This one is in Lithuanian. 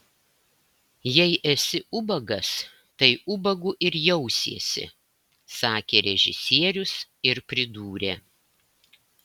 jei esi ubagas tai ubagu ir jausiesi sakė režisierius ir pridūrė